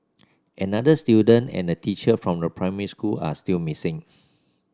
another student and a teacher from primary school are still missing